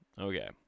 Okay